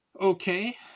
Okay